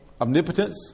omnipotence